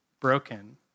broken